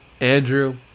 andrew